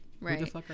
Right